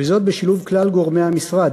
וזאת בשילוב כלל גורמי המשרד,